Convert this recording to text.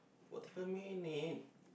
forty five minute